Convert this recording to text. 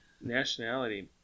nationality